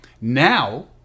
Now